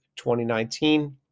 2019